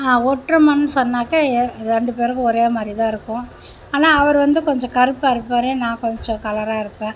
ஒற்றுமைன்னு சொன்னாக்கா ரெண்டுபேருக்கும் ஒரே மாதிரிதான் இருக்கும் ஆனால் அவர் வந்து கொஞ்சம் கருப்பாக இருப்பார் நான் கொஞ்சம் கலராக இருப்பேன்